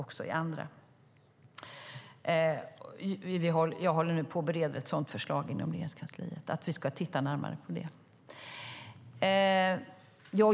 Jag bereder just nu i Regeringskansliet ett förslag om att vi ska titta närmare på det.